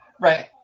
Right